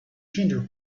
ginger